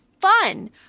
fun